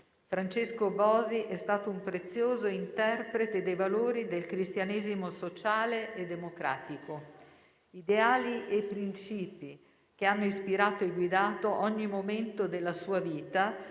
Francesco Bosi è stato un prezioso interprete dei valori del cristianesimo sociale e democratico, ideali e principi che hanno ispirato e guidato ogni momento della sua vita